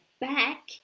back